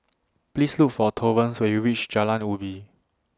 Please Look For Torrance when YOU REACH Jalan Ubi